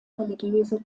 religiöse